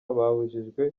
babujijwe